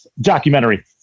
documentary